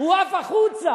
הוא עף החוצה.